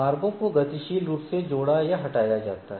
मार्गों को गतिशील रूप से जोड़ा या हटाया जाता है